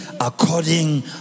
according